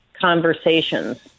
conversations